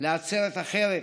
לעצרת אחרת,